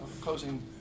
closing